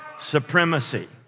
supremacy